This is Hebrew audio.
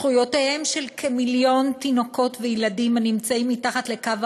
זכויותיהם של כמיליון תינוקות וילדים הנמצאים מתחת לקו